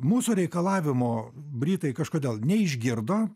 mūsų reikalavimo britai kažkodėl neišgirdo